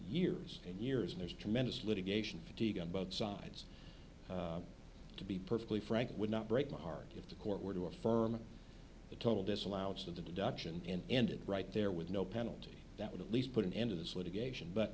years and years and there's tremendous litigation fatigue on both sides to be perfectly frank would not break my heart if the court were to affirm the total disallowance of the deduction and end it right there with no penalty that would at least put an end to this litigation but